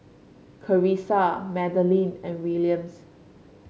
Karissa Madalyn and Williams